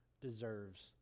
deserves